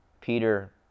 Peter